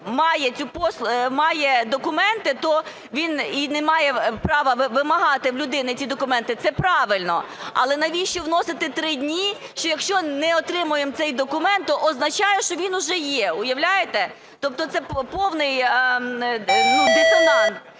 має документи, то він і не має права вимагати в людини ці документи – це правильно. Але навіщо вносити три дні, що якщо не отримуємо цей документ, то означає, що він вже є, уявляєте. Тобто це повний дисонанс.